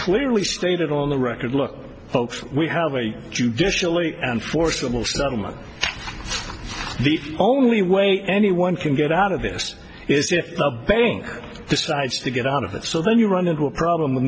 clearly stated on the record look folks we have a judicially enforceable settlement the only way anyone can get out of this is if the bank decides to get out of it so then you run into a problem with